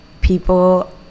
people